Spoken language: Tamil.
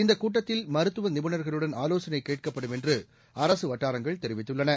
இந்த கூட்டத்தில் மருத்துவ நிபுணர்களுடன் ஆவோசனை கேட்கப்படும்என்று அரசு வட்டாரங்கள் தெரிவித்துள்ளன